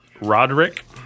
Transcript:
Roderick